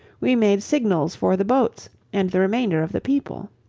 we made signals for the boats and the remainder of the people.